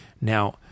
Now